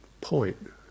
point